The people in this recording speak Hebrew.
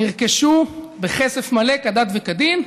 נרכשו בכסף מלא כדת וכדין,